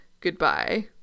goodbye